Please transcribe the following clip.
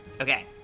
Okay